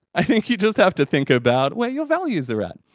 i think you just have to think about where your values are at.